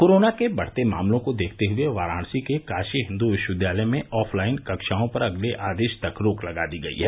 corona के बढ़ते मामलों को देखते हुए वाराणसी के काशी हिन्दू विश्वविद्यालय में ऑफलाइन कक्षाओं पर अगले आदेश तक रोक लगा दी गयी है